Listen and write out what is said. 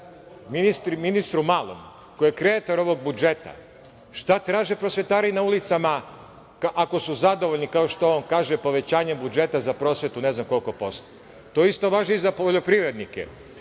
ministru Malom, koji je kreator ovog budžeta – šta traže prosvetari na ulicama ako su zadovoljni, kao što on kaže, povećanjem budžeta za prosvetu, ne znam koliko posto? To isto važi i za poljoprivrednike.